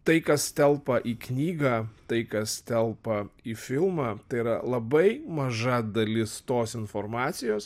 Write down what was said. tai kas telpa į knygą tai kas telpa į filmą tai yra labai maža dalis tos informacijos